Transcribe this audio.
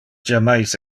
jammais